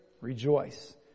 rejoice